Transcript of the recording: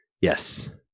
yes